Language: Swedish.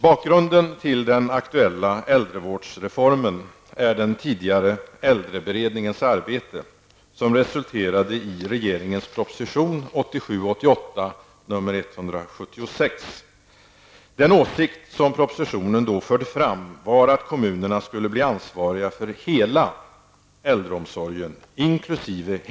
Bakgrunden till den aktuella äldrevårdsreformen är den tidigare äldreberedningens arbete, som resulterade i regeringens proposition 1987/88:176. Den åsikt som propositionen förde fram var att kommunerna skulle bli ansvariga för hela äldreomsorgen inkl.